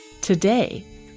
today